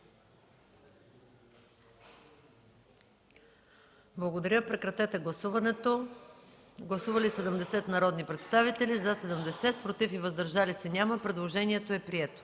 Няма. Режим на гласуване. Гласували 70 народни представители: за 70, против и въздържали се няма. Предложението е прието.